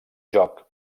joc